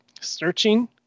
searching